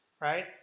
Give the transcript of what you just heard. right